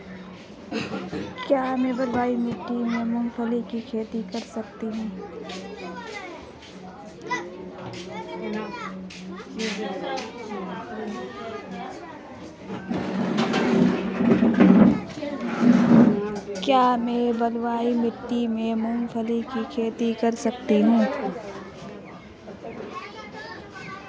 क्या मैं बलुई मिट्टी में मूंगफली की खेती कर सकता हूँ?